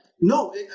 No